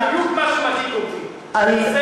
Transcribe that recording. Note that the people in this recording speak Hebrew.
נתחיל עם הרחוב שלך, שלי,